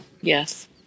Yes